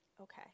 Okay